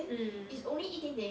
mm